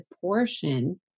portion